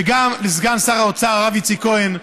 וגם לסגן שר האוצר הרב איציק כהן,